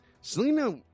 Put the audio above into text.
Selena